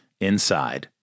inside